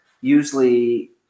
usually